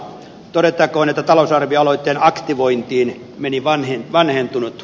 todettakoon että talousarvioaloitteen aktivointiin meni vanhin vanhentunut